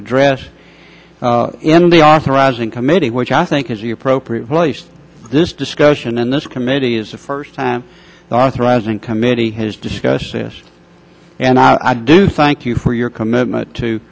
address in the authorizing committee which i think is the appropriate place this discussion and this committee is the first time authorizing committee has discussed this and i do thank you for your commitment to